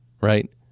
right